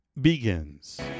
begins